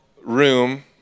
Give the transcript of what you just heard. room